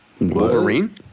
Wolverine